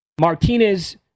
Martinez